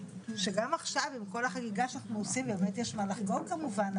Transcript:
שגם עכשיו עם כל החגיגה שאנחנו עושים ובאמת יש מה לחגוג כמובן,